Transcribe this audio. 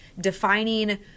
defining